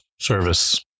service